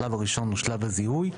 השלב הראשון הוא שלב הזיהוי,